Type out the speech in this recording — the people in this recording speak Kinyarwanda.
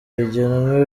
rigenewe